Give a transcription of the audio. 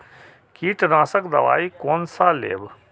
कीट नाशक दवाई कोन सा लेब?